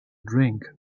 drink